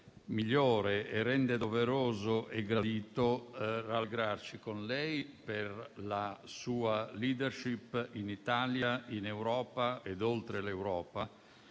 migliore e rende doveroso e gradito rallegrarci con lei, per la sua *leadership* in Italia, in Europa ed oltre l'Europa,